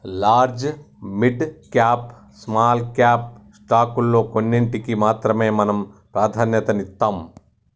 large, mid cap, small cap స్టాకుల్లో కొన్నిటికి మాత్రమే మనం ప్రాధన్యతనిత్తాం